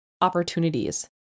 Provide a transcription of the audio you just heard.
opportunities